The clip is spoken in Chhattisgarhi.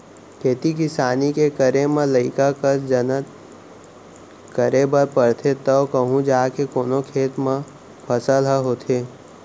खेती किसानी के करे म लइका कस जनत करे बर परथे तव कहूँ जाके कोनो खेत म फसल ह होथे